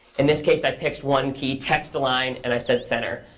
in this case, i picked one key, text-align. and i said, center.